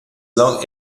long